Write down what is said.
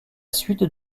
suite